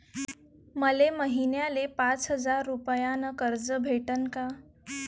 मले महिन्याले पाच हजार रुपयानं कर्ज भेटन का?